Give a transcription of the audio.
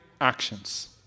actions